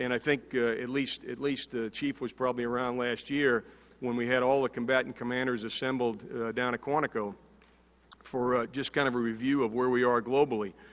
and i think at least at least the chief was probably around last year when we had all the combatant commanders assembled down at quantico for just kind of a review of where we are globally.